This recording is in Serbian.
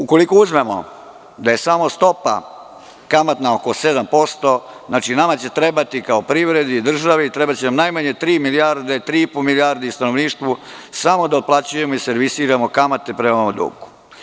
Ukoliko uzmemo da je samo stopa kamatna oko 7% znači nama će trebati kao privredi i državi, najmanje tri milijarde, tri i po milijardi stanovništvu samo da otplaćujemo i servisiramo kamate prema ovom dugu.